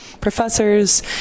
Professors